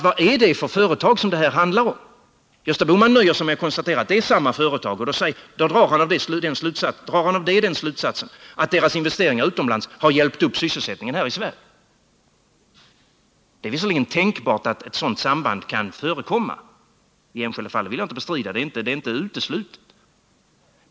Vad är det för företag som det här handlar om? Gösta Bohman nöjer sig med att konstatera att det är samma företag, och då drar han av detta den slutsatsen att deras investeringar utomlands har hjälpt upp sysselsättningen här i Sverige. Visserligen är det tänkbart att ett sådant samband kan förekomma i enskilda fall, det vill jag inte bestrida, det är inte uteslutet.